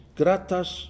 gratas